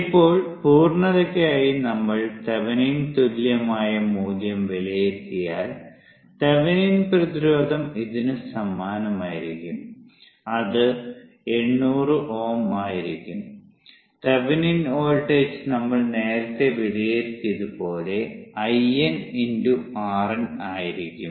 ഇപ്പോൾ പൂർണ്ണതയ്ക്കായി നമ്മൾ തെവെനിൻ തുല്യമായ മൂല്യം വിലയിരുത്തിയാൽ തെവെനിൻ പ്രതിരോധം ഇതിന് സമാനമായിരിക്കും അത് 800 Ω ആയിരിക്കും തെവെനിൻ വോൾട്ടേജ് നമ്മൾ നേരത്തെ വിലയിരുത്തിയതുപോലെ IN × RN ആയിരിക്കും